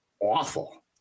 awful